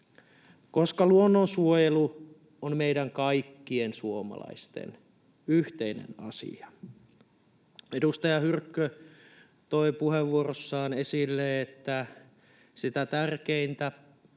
koska luonnonsuojelu on meidän kaikkien suomalaisten yhteinen asia. Edustaja Hyrkkö toi puheenvuorossaan esille, että sitä tärkeintä